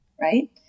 right